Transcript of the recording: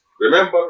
Remember